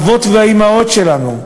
סבים וסבתות שלנו, אלה האבות והאימהות שלנו,